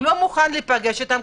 הוא לא מוכן להיפגש איתם.